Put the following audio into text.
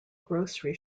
grocery